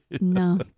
no